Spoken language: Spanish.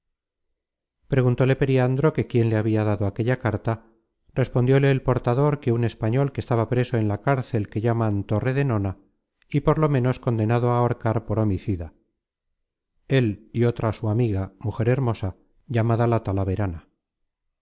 preguntóle periandro que quién le habia dado aquella carta respondióle el portador que un español que estaba preso en la cárcel que llaman torre de nona y por lo menos condenado á ahorcar por homicida él y otra su amiga mujer hermosa llamada la talaverana